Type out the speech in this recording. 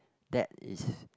that is